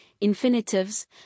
infinitives